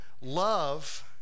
love